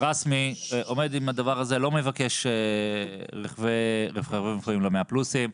רשמי עומד עם הדבר הזה ולא מבקש רכבים ל-100 פלוסים.